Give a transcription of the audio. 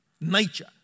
nature